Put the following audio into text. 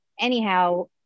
anyhow